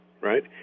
Right